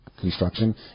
construction